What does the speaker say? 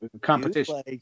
competition